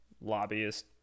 lobbyist